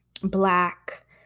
Black